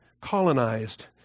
colonized